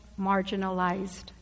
marginalized